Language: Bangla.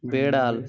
বেড়াল